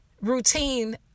routine